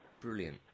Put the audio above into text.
Brilliant